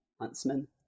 Huntsman